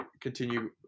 continue